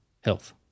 Health